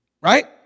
Right